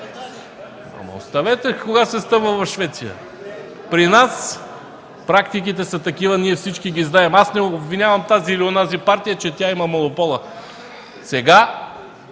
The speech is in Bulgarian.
Оставете кога се стъмва в Швеция! При нас практиките са такива и ние ги знаем. Не обвинявам тази или онази партия, че има монопол. Ако